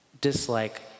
dislike